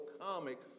comic